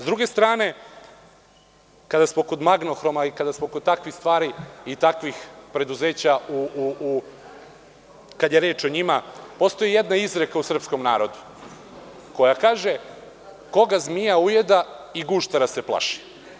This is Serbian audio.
Sa druge strane, kada smo kod „Magnohroma“ i kada smo kod takvih stvari i takvih preduzeća, postoji jedna izreka u srpskom narodu koja kaže – koga zmija ujeda i guštera se plaši.